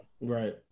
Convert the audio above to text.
Right